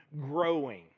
growing